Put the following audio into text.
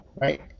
right